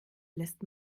lässt